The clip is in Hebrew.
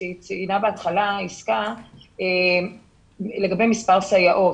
שציינה יסכה בהתחלה, לגבי מספר סייעות